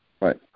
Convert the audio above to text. Right